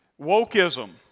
Wokeism